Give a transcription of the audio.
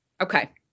Okay